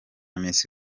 miss